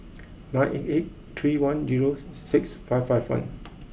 nine eight eight three one zero six five five one